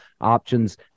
options